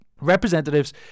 Representatives